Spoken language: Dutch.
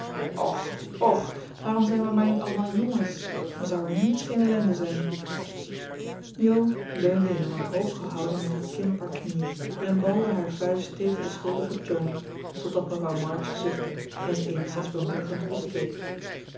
och och waarom zijn we maar niet allemaal jongens dan zou er niets geen ellende zijn jo leunde in eene wanhopige houding met haar kin op haar knieën en balde haar vuist tegen den schuldigen john totdat mevrouw march zuchtte en ze eenigszins bemoedigend opkeek